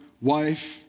wife